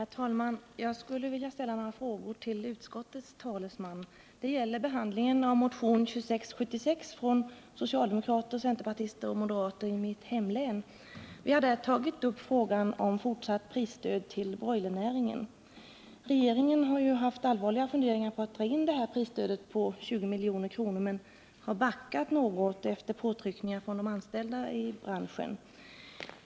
Herr talman! Jag skulle vilja ställa några frågor till utskottets talesman. Det gäller behandlingen av motionen 2676 från socialdemokrater, centerpartister och moderater i mitt hemlän. Vi har där tagit upp frågan om fortsatt prisstöd till broilernäringen. Regeringen har ju haft allvarliga funderingar på att dra in det här prisstödet på 20 milj.kr. men har backat något efter påtryckningar från de anställda i branschen.